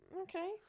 okay